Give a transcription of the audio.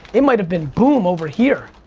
they might have been boom over here.